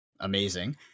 amazing